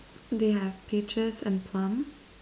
they have peaches and plum